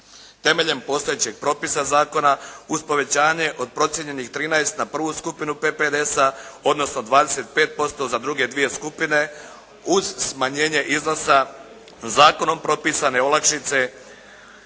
Temeljem postojećeg propisa zakona uz povećanje od procijenjenih 13 na prvu skupinu PPDS-a odnosno 25% za druge dvije skupine, uz smanjenje iznosa zakonom propisane olakšice